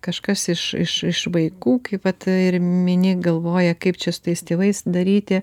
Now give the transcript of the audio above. kažkas iš iš iš vaikų kaip vat ir mini galvoja kaip čia su tais tėvais daryti